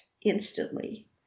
instantly